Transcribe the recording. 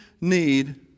need